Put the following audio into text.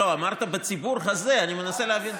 לא, אמרת "בציבור הזה", אני מנסה להבין.